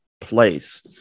place